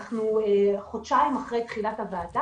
אנחנו חודשיים אחרי תחילת הוועדה,